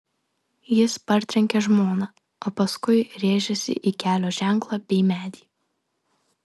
jis partrenkė žmoną o paskui rėžėsi į kelio ženklą bei medį